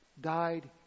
Died